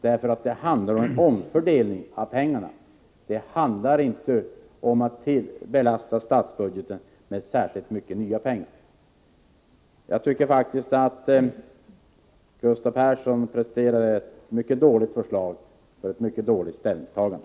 Det handlar nämligen om en omfördelning av pengarna, inte om att belasta statsbudgeten med mycket nya pengar. Gustav Persson har presterat ett mycket dåligt förslag och gjort ett mycket dåligt ställningstagande.